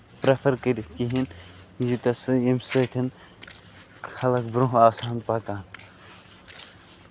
prefer کٔرِتھ کِہینۍ یہِ تہِ ہسا ییٚمہِ سۭتۍ خَلق برونہہ آسہٕ ہن پَکان